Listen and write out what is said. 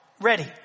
ready